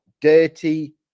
dirty